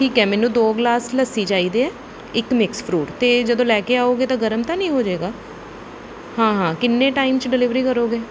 ਠੀਕ ਹੈ ਮੈਨੂੰ ਦੋ ਗਲਾਸ ਲੱਸੀ ਚਾਹੀਦੇ ਹੈ ਇੱਕ ਮਿਕਸ ਫਰੂਟ ਅਤੇ ਜਦੋਂ ਲੈ ਕੇ ਆਓਗੇ ਤਾਂ ਗਰਮ ਤਾਂ ਨਹੀਂ ਹੋ ਜਾਏਗਾ ਹਾਂ ਹਾਂ ਕਿੰਨੇ ਟਾਈਮ 'ਚ ਡਿਲੀਵਰੀ ਕਰੋਗੇ